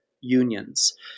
unions